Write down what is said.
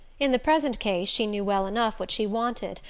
in the present case she knew well enough what she wanted,